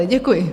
Děkuji.